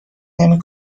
نمی